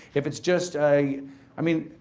if it's just, i i mean,